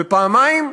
ופעמיים,